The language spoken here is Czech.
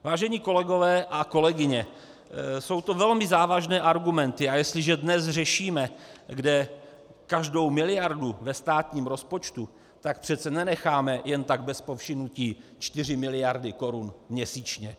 Vážení kolegové a kolegyně, jsou to velmi závažné argumenty, a jestliže dnes řešíme každou miliardu ve státním rozpočtu, tak přece nenecháme jen tak bez povšimnutí 4 mld. korun měsíčně.